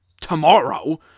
tomorrow